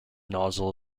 nozzle